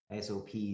sops